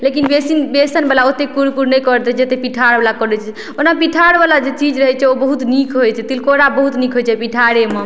लेकिन बेसी बेसनवला ओते कुरकुर नहि करय छै जते पिठारवला करय छै ओना पिठारवला जे चीज रहय छै ओ बहुत नीक होइ छै तिलकोरा बहुत नीक होइ छै पिठारमे